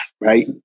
right